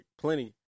plenty